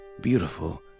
Beautiful